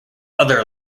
other